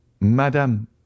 Madame